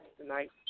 tonight